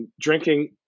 Drinking